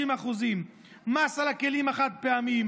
כ-30%; מס על הכלים החד-פעמיים,